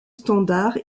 standard